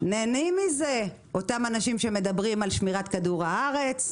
נהנים מזה אותם אנשים שמדברים על שמירת כדור הארץ.